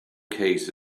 case